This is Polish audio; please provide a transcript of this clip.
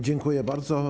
Dziękuję bardzo.